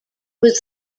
was